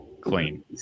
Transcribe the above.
clean